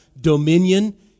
dominion